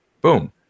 boom